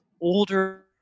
older